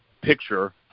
picture